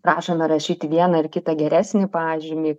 prašome rašyti vieną ar kitą geresnį pažymį